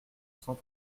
cent